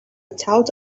thought